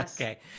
Okay